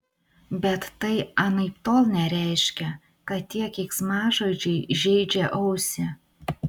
bet tai anaiptol nereiškia kad tie keiksmažodžiai žeidžia ausį